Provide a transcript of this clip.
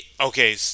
Okay